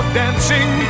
dancing